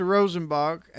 Rosenbach